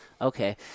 Okay